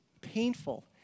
painful